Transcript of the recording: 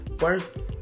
worth